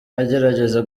agerageza